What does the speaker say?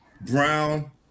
brown